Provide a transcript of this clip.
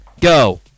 Go